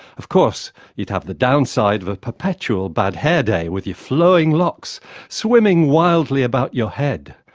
of course, you'd have the downside of a perpetual bad hair day, with your flowing locks swimming wildly about your head.